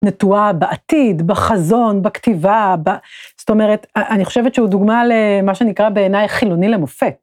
נטוע בעתיד, בחזון, בכתיבה, זאת אומרת, אני חושבת שהוא דוגמה למה שנקרא בעיניי חילוני למופת.